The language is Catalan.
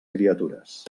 criatures